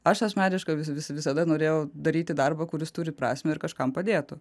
aš asmeniškai vis visada norėjau daryti darbą kuris turi prasmę ir kažkam padėtų